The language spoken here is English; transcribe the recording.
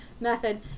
method